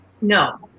No